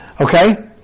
Okay